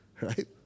Right